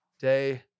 day